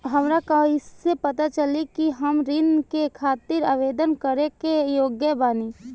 हमरा कइसे पता चली कि हम ऋण के खातिर आवेदन करे के योग्य बानी?